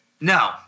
No